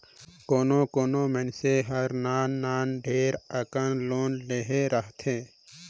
कोनो कोनो मइनसे हर नान नान ढेरे अकन लोन लेहे रहथे